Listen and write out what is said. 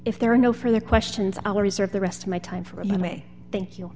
if there are no further questions i'll reserve the rest of my time for me thank you